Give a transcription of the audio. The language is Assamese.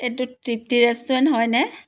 এইটো তৃপ্তি ৰেষ্টুৰেণ্ট হয়নে